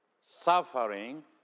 suffering